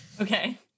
Okay